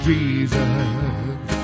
Jesus